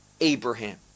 abraham